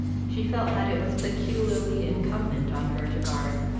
she felt that it was peculiarly incumbent on her to guard,